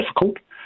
difficult